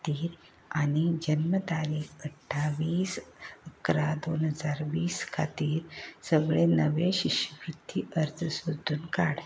खातीर आनी जल्म तारीख अठ्ठावीस इकरा दोन हजार वीस खातीर सगळे नवे शिश्यवृत्ती अर्ज सोदून काड